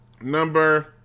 Number